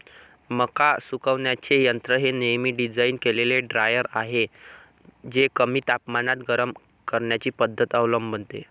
मका सुकवण्याचे यंत्र हे नवीन डिझाइन केलेले ड्रायर आहे जे कमी तापमानात गरम करण्याची पद्धत अवलंबते